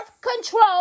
control